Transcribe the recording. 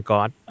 God